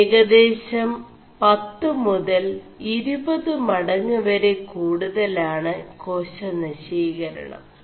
ഏകേദശം പøു മുതൽ ഇരുപതു മടÆ് വെര കൂടുതലാണ് േകാശനശീകരണo